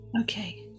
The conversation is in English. Okay